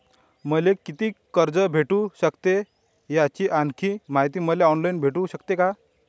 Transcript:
मले कितीक कर्ज भेटू सकते, याची आणखीन मायती मले ऑनलाईन भेटू सकते का?